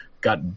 got